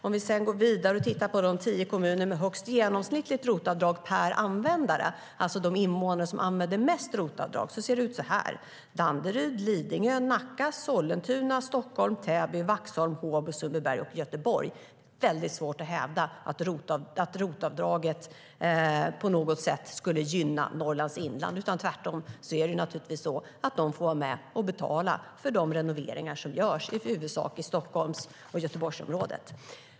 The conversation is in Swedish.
Om vi sedan går vidare och tittar på de tio kommuner med högst ROT-avdrag per användare, alltså de invånare som använder mest ROT-avdrag, ser det ut så här: Danderyd, Lidingö, Nacka, Sollentuna, Stockholm, Täby, Vaxholm, Håby, Sundbyberg och Göteborg. Det är väldigt svårt att hävda att ROT-avdraget på något sätt skulle gynna Norrlands inland, utan tvärtom får de naturligtvis vara med och betala för de renoveringar som görs i huvudsak i Stockholms och i Göteborgsområdet.